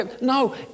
No